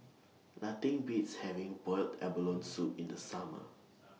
Nothing Beats having boiled abalone Soup in The Summer